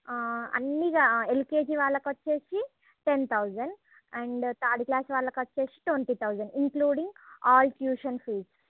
అన్ని ఎల్కేజి వాళ్ళకి వచ్చేసి ten thousand and third class వాళ్ళకి వచ్చేసి twenty thousand including all tuition fees